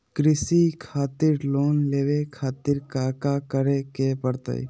कृषि खातिर लोन लेवे खातिर काका करे की परतई?